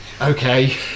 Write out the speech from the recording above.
Okay